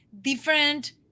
different